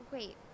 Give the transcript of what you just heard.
Wait